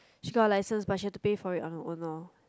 she got a license but she have to pay for it on her own lor